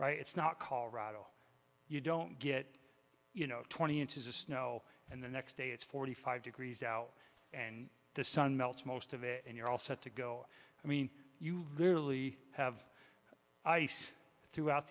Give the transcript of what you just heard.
it's not colorado you don't get you know twenty inches of snow and the next day it's forty five degrees out and the sun melts most of it and you're all set to go i mean you literally have ice throughout